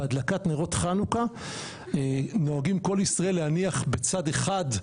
בהדלקת נרות חנוכה נוהגים כל ישראל להניח בצד אחד,